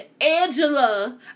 Angela